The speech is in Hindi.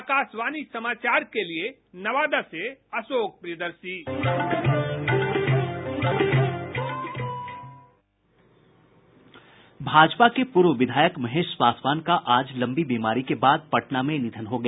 आकाशवाणी समाचार के लिए नवादा से अशोक प्रियदर्शी भाजपा के पूर्व विधायक महेश पासवान का आज लंबी बीमारी के बाद पटना में निधन हो गया